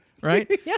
right